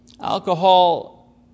Alcohol